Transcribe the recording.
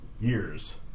years